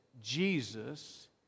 Jesus